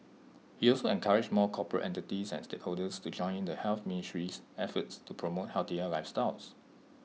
he also encouraged more corporate entities and stakeholders to join the health ministry's efforts to promote healthier lifestyles